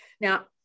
Now